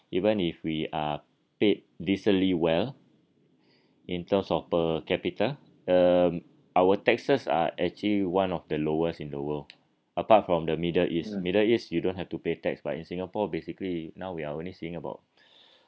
even if we are paid decently well in terms of per capita um our taxes are actually one of the lowest in the world apart from the middle east middle east you don't have to pay tax but in singapore basically now we're only seeing about